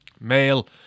Male